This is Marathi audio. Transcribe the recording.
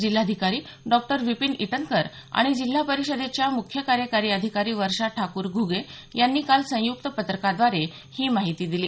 जिल्हाधिकारी डॉ विपिन ईटनकर आणि जिल्हा परिषदेच्या मुख्य कार्यकारी अधिकारी वर्षा ठाकूर घुगे यांनी काल संयुक्त पत्रकाद्वारे ही माहिती दिली